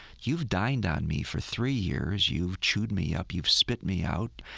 you've dined on me for three years. you've chewed me up, you've spit me out,